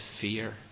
fear